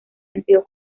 sentido